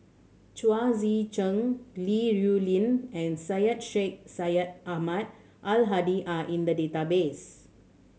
Chao Tzee Cheng Li Rulin and Syed Sheikh Syed Ahmad Al Hadi are in the database